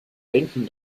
denken